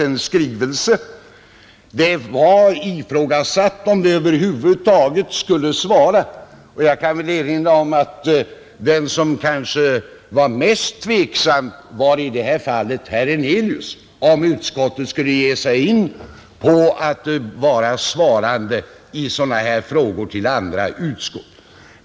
Det ifrågasattes då inom konstitutionsutskottet om vi över huvud taget skulle svara på denna skrivelse. Jag kan väl erinra om att den som i detta fall kanske var mest tveksam till om konstitutionsutskottet skulle ge sig in på att i sådana här frågor vara svarande gentemot andra utskott var herr Hernelius.